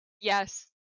yes